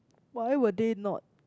why were they not